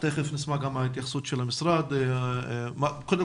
תכף נשמע את התייחסות המשרד שיאמר לנו